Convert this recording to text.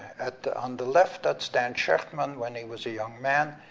on the left, that's dan shechtman when he was a young man,